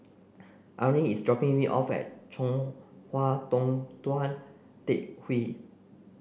Arlyne is dropping me off at Chong Hua Tong Tou Teck Hwee